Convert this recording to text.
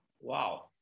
Wow